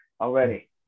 already